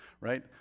right